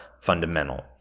fundamental